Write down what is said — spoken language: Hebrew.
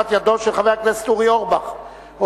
אני קובע שהצעתו של חבר הכנסת רוברט אילטוב,